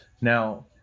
Now